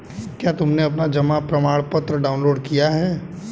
क्या तुमने अपना जमा प्रमाणपत्र डाउनलोड किया है?